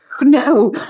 no